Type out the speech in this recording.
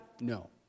No